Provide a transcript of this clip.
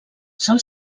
sol